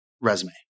resume